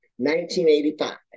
1985